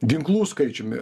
ginklų skaičiumi